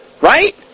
Right